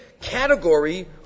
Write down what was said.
category